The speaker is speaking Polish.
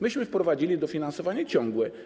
Myśmy wprowadzili dofinansowanie ciągłe.